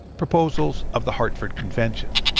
proposals of the hartford convention.